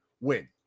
win